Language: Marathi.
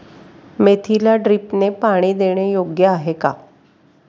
मेथीला ड्रिपने पाणी देणे योग्य आहे का?